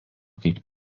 kaip